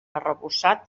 arrebossat